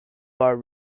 our